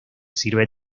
sirve